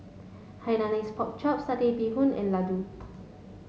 Hainanese Pork Chop Satay Bee Hoon and Laddu